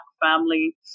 family